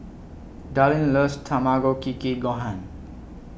Dallin loves Tamago Kake Gohan